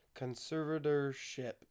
Conservatorship